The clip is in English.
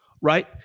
right